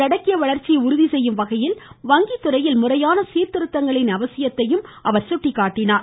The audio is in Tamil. உள்ளடக்கிய வளர்ச்சியை உறுதி செய்யும் வகையில் வங்கித்துறையில் முறையான சீர்திருத்தங்களின் அவசியத்தை அவர் எடுத்துரைத்தார்